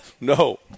No